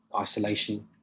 isolation